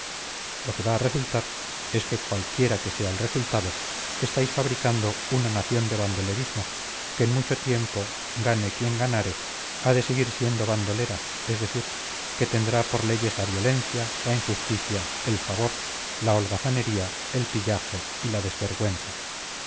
lo que va a resultar es que cualquiera que sea el resultado estáis fabricando una nación de bandolerismo que en mucho tiempo gane quien ganare ha de seguir siendo bandolera es decir que tendrá por leyes la violencia la injusticia el favor la holgazanería el pillaje y la desvergüenza